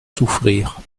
souffrir